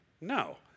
No